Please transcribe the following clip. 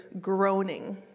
groaning